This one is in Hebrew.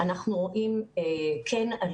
אנחנו כן רואים עלייה.